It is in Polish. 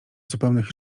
zupełnych